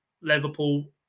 Liverpool